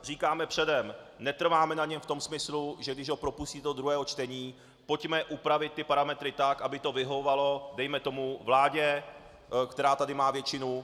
Říkáme předem, netrváme na něm v tom smyslu, že když ho propustíte do druhého čtení, pojďme upravit ty parametry tak, aby to vyhovovalo dejme tomu vládě, která tady má většinu.